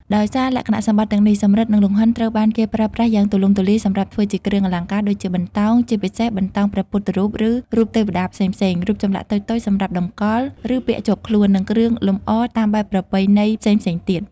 ដោយសារលក្ខណៈសម្បត្តិទាំងនេះ សំរឹទ្ធ និងលង្ហិនត្រូវបានគេប្រើប្រាស់យ៉ាងទូលំទូលាយសម្រាប់ធ្វើជាគ្រឿងអលង្ការ ដូចជា បន្តោង (ជាពិសេសបន្តោងព្រះពុទ្ធរូប ឬរូបទេវតាផ្សេងៗ) រូបចម្លាក់តូចៗសម្រាប់តម្កល់ ឬពាក់ជាប់ខ្លួន និងគ្រឿងលម្អតាមបែបប្រពៃណីផ្សេងៗទៀត។